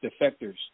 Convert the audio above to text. defectors